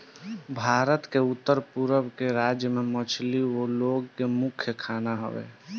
भारत के उत्तर पूरब के राज्य में मछली उ लोग के मुख्य खाना हवे